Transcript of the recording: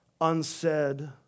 unsaid